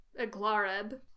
Aglareb